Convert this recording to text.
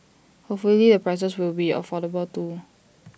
hopefully the prices will be affordable too